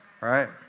right